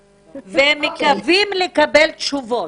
ומקווים לקבל תשובות.